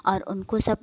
और उनको सब